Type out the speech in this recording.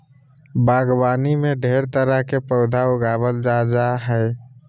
बागवानी में ढेर तरह के पौधा उगावल जा जा हइ